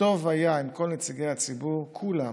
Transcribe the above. טוב היה אם כל נציגי הציבור, כולם,